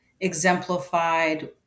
exemplified